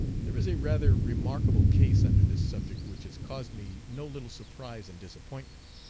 there is a rather remarkable case under this subject which has caused me no little surprise and disappointment.